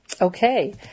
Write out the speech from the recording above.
Okay